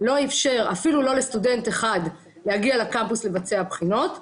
לא איפשר אפילו לא לסטודנט אחד להגיע לקמפוס לבצע בחינות.